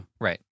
Right